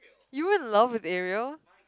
you in love with Ariel